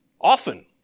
Often